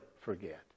forget